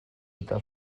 eta